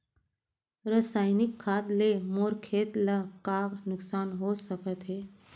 रसायनिक खाद ले मोर खेत ला का नुकसान हो सकत हे?